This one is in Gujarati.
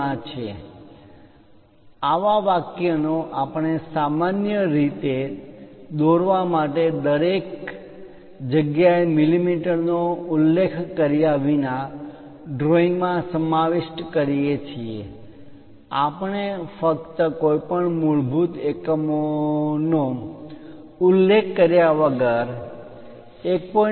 માં છે આવા વાક્યનો આપણે સામાન્ય રીતે દોરવા માટે દરેક જગ્યાએ મીમી નો ઉલ્લેખ કર્યા વિના ડ્રોઇંગ્સ મા સમાવિષ્ટ કરીએ છીએ આપણે ફક્ત કોઈપણ મૂળભૂત એકમનો ઉલ્લેખ કર્યા વગર 1